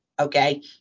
Okay